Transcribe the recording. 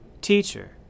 Teacher